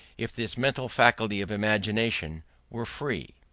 if this mental faculty of imagination were free.